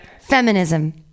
Feminism